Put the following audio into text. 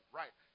right